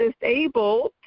disabled